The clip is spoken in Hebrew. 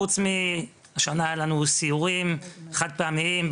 חוץ מהשנה שאין לנו סיורים חד פעמיים,